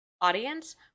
audience